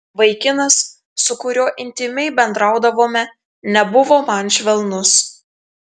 vaikinas su kuriuo intymiai bendraudavome nebuvo man švelnus